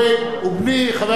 חבר הכנסת חנין.